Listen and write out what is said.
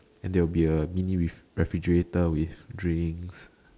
then there will be a mini refrigerator with drinks